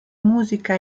musica